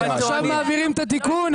אבל עכשיו הם מעבירים את התיקון.